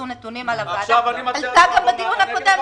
נתונים על העמותה עלתה גם בדיון הקודם,